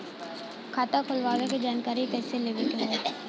खाता खोलवावे के जानकारी कैसे लेवे के होई?